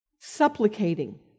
supplicating